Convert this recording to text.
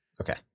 Okay